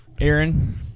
Aaron